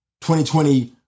2020